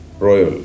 Royal